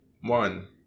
one